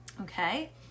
okay